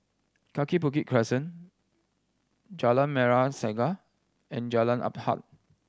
Kaki Bukit Crescent Jalan Merah Saga and Jalan Asuhan